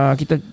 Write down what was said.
kita